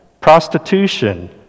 prostitution